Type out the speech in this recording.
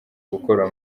gukora